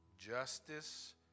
justice